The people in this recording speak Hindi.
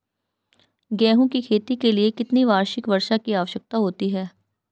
गेहूँ की खेती के लिए कितनी वार्षिक वर्षा की आवश्यकता होती है?